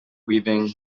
weaving